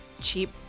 cheap